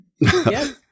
Yes